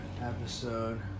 episode